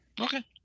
Okay